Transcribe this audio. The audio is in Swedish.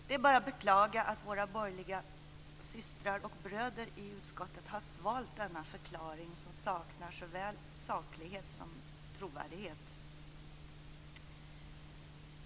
Det är bara att beklaga att våra borgerliga systrar och bröder i utskottet har svalt denna förklaring, som saknar såväl saklighet som trovärdighet.